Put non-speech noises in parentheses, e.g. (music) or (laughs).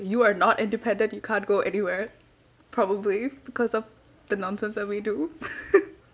you are not independent you can't go anywhere probably because of the nonsense that we do (laughs)